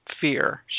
fear